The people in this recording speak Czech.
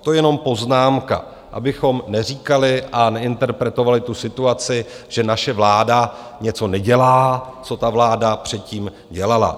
To jenom poznámka, abychom neříkali a neinterpretovali tu situaci, že naše vláda něco nedělá, co ta vláda předtím dělala.